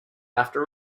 after